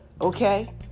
Okay